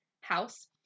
house